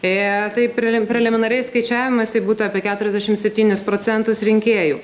tai preliminariais skaičiavimais tai būtų apie keturiasdešimt septynis procentus rinkėjų